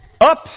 up